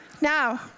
Now